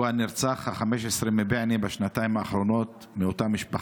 והוא הנרצח ה-15 מבענה בשנתיים האחרונות מאותה משפחה.